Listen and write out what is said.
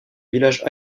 village